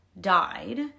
died